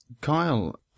Kyle